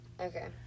Okay